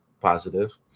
positive